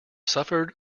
suffered